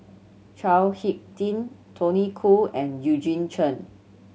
Chao Hick Tin Tony Khoo and Eugene Chen